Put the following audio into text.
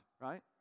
right